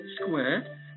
square